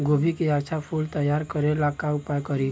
गोभी के अच्छा फूल तैयार करे ला का उपाय करी?